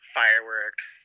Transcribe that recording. fireworks